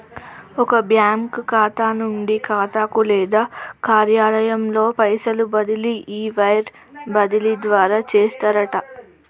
ఒక బ్యాంకు ఖాతా నుండి ఖాతాకు లేదా కార్యాలయంలో పైసలు బదిలీ ఈ వైర్ బదిలీ ద్వారా చేస్తారట